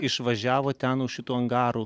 išvažiavo ten už šitų angarų